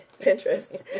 Pinterest